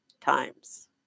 times